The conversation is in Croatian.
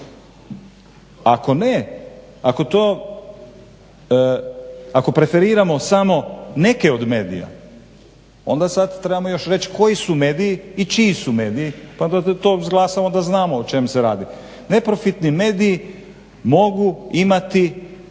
Ako ne, ako preferiramo samo neke od medija onda sad trebamo još reći koji su mediji i čiji su mediji pa da to izglasamo da znamo o čemu se radi. Neprofitni mediji mogu imati